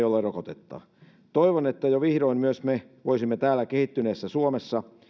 ole rokotetta toivon että vihdoin myös me voisimme täällä kehittyneessä suomessa